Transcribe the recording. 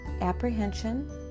apprehension